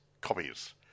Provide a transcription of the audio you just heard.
copies